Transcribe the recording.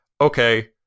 okay